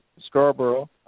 Scarborough